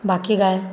बाकी काय